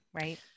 right